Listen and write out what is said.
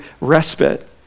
respite